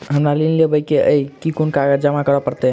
हमरा ऋण लेबै केँ अई केँ कुन कागज जमा करे पड़तै?